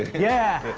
yeah.